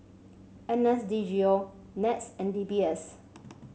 N S D G O NETS and D B S